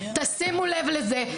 תשימו לב לזה.